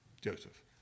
Joseph